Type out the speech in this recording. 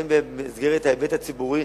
הן במסגרת ההיבט הציבורי.